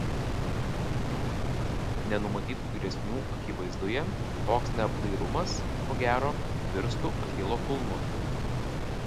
naujų nenumatytų grėsmių akivaizdoje toks neapdairumas ko gero virstų achilo kulnu